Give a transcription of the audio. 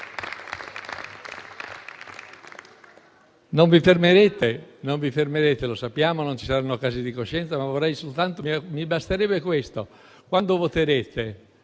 Non vi fermerete, lo sappiamo. Non ci saranno casi di coscienza, ma mi basterebbe questo: quando voterete